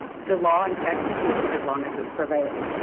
the law in texas is as long as it's prevailing,